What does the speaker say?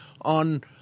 on